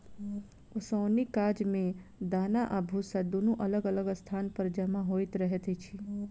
ओसौनीक काज मे दाना आ भुस्सा दुनू अलग अलग स्थान पर जमा होइत रहैत छै